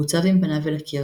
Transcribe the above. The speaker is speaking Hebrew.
הוא הוצב עם פניו אל הקיר,